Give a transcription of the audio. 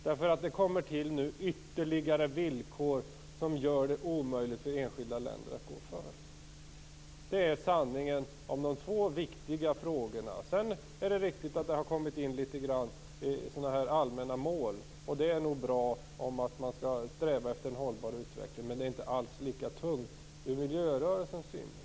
Det kommer till ytterligare villkor som gör det omöjligt för enskilda länder att gå före. Det är sanningen om de två viktiga frågorna. Sedan är det riktigt att det har kommit in allmänna mål om att man skall sträva efter en hållbar utveckling. Det är nog bra, men det är inte alls lika tungt ur miljörörelsens synvinkel.